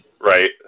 Right